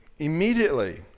Immediately